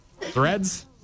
Threads